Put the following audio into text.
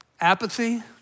Apathy